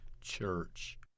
church